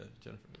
Jennifer